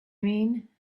mean